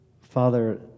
Father